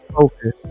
focus